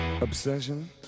obsession